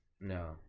No